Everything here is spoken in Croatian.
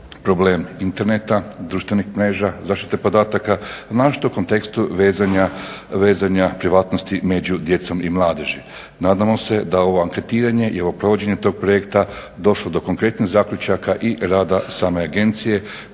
problem interneta, društvenih mreža, zaštite podataka, znano što u kontekstu vezanja privatnosti među djecom i mladeži. Nadamo se da ovo anketiranje i ovo provođenje tog projekta došlo do konkretnih zaključaka i rada same agencije